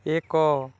ଏକ